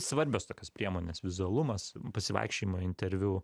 svarbios tokios priemonės vizualumas pasivaikščiojimo interviu